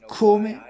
come